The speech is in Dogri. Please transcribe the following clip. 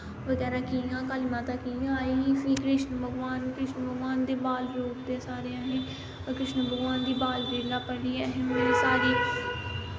बगैरा कियां काली माता कियां आई ही फ्ही कृष्ण भगवान कृष्ण भगवान दे बाल रूप दे सारे असें कृष्ण भगवान दा बाल लीला पढ़ियै असें मती सारी